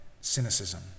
cynicism